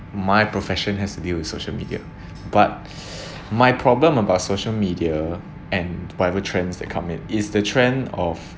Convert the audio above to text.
my profession has to deal with social media but my problem about social media and whatever trends that come in is the trend of